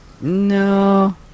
No